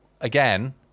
again